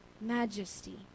Majesty